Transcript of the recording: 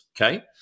Okay